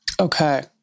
Okay